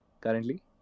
currently